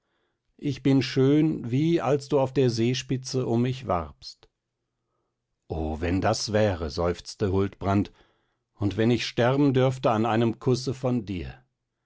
ich bin schön wie als du auf der seespitze um mich warbst o wenn das wäre seufzte huldbrand und wenn ich sterben dürfte an einem kusse von dir